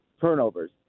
turnovers